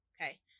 Okay